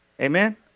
Amen